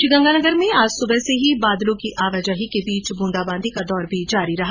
श्रीगंगानगर में आज सुबह से ही बादलों की आवाजाही के बीच ब्रंदाबांदी जारी रही